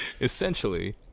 Essentially